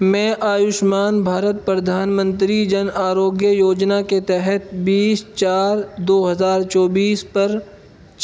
میں آیوشمان بھارت پردھان منتری جن آروگیہ یوجنا کے تحت بیس چار دو ہزار چوبیس پر